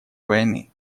войны